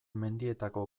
mendietako